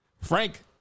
Frank